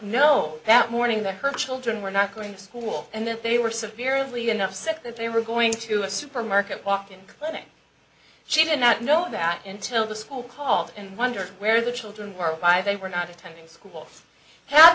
know that morning that her children were not going to school and that they were severely enough sick that they were going to a supermarket walk in clinic she did not know that until the school called and wonder where the children were by they were not attending school have